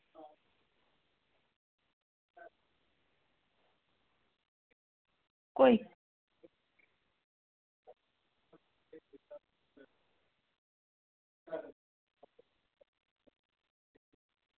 कोई